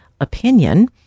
opinion